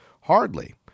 Hardly